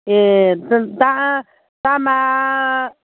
ए दा दामआ